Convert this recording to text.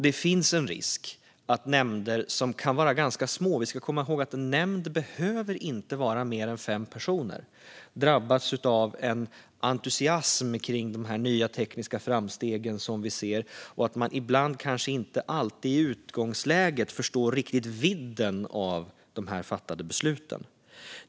Det finns en risk för att nämnder, som kan vara ganska små - vi ska komma ihåg att en nämnd inte behöver vara fler än fem personer - drabbas av en entusiasm över dessa nya tekniska framsteg och kanske inte alltid i utgångsläget riktigt förstår vidden av de fattade besluten.